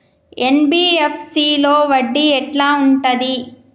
NBFC లో వడ్డీ ఎట్లా ఉంటది?